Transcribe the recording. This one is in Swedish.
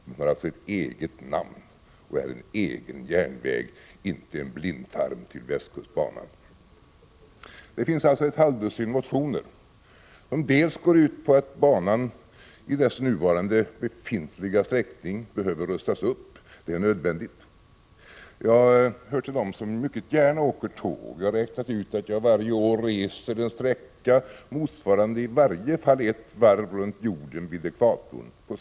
Den har alltså ett eget namn och är en självständig järnväg, inte en blindtarm till västkustbanan. Det finns således ett halvdussin motioner, som bl.a. går ut på att banan i dess nuvarande sträckning bör rustas upp. Detta är nödvändigt. Jag hör till dem som mycket gärna åker tåg. Jag har räknat ut att jag varje 929 år på svenska tåg reser en sträcka motsvarande åtminstone ett varv runt jorden vid ekvatorn.